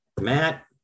Matt